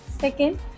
second